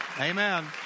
amen